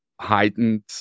heightened